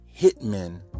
hitmen